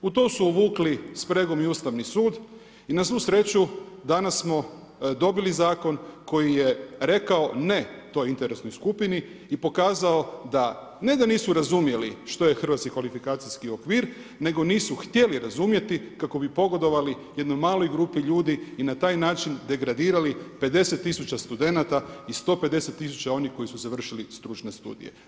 U to su uvukli spregom i Ustavni sud i na svu sreću danas smo dobili zakon koji je rekao ne toj interesnoj skupini i pokazao da ne da nisu razumjeli što je Hrvatski kvalifikacijski okvir nego nisu htjeli razumjeti kako bi pogodovali jednoj maloj grupi ljudi i na taj način degradirali 50 tisuća studenata i 150 tisuća onih koji su završili stručne studije.